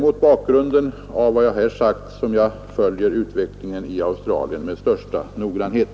Mot bakgrund av vad jag här sagt följer jag utveckligen i Australien med största noggrannhet.